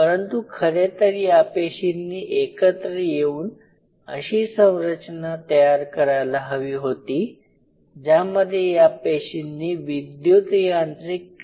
परंतु खरे तर या पेशींनी एकत्र येऊन अशी संरचना तयार करायला हवी होती ज्यामध्ये या पेशींनी विद्युत यांत्रिक क्रिया दाखवली असती